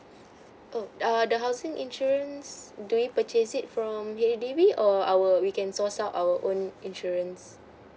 oh err the housing insurance do we purchase it from the H_D_B or our we can source out our own insurance